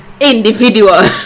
individual